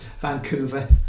Vancouver